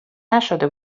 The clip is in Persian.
نشده